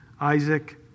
Isaac